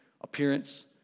appearance